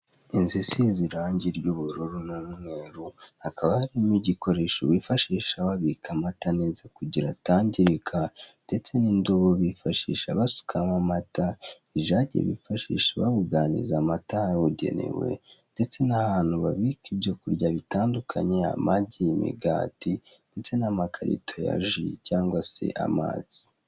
Inzu isize irangi ry'ubururu n'umweru, hakaba harimo igikoresho bifashisha babika amata neza kugira ngo atangirika, ndetse n'indobo bifashisha basukamo amata, ijagi bifashisha babuganiza amata ahabugenewe, ndetse n'ahantu babika ibyo kurya bitandukanye, amagi, imigati, ndetse n'amakarito ya ji cyangwa se amazi.